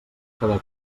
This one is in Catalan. cada